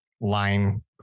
line